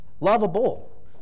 lovable